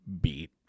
beat